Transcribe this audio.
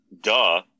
Duh